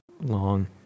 long